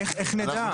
איך נדע?